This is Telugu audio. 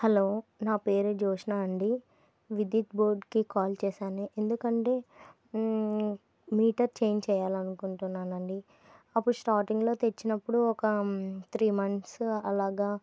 హలో నా పేరు జ్యోష్నా అండి విద్యత్ బోర్డ్కి కాల్ చేశాను ఎందుకంటే మీటర్ చేంజ్ చేయాలి అనుకుంటున్నానండి అప్పుడు స్టార్టింగ్లో తెచ్చినప్పుడు ఒక త్రీ మంత్స్ అలాగా